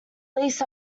least